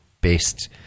based